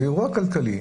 זה אירוע כלכלי.